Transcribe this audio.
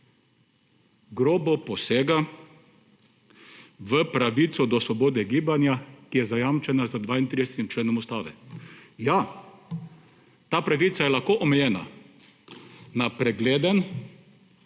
grobo posega v pravico do svobode gibanja, ki je zajamčena z 32. členom Ustave. Ja, ta pravica je lahko omejena na pregleden,